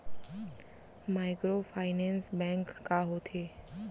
Microfinance bank का होथे?